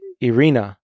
Irina